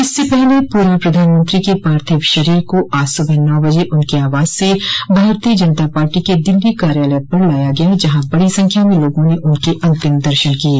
इससे पहले पूर्व प्रधानमंत्री के पार्थिव शरीर को आज सुबह नौ बजे उनके आवास से भारतीय जनता पार्टी के दिल्ली कार्यालय पर लाया गया जहां बड़ी संख्या में लोगों ने उनके अन्तिम दर्शन किये